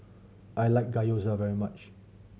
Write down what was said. I like Gyoza very much